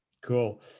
cool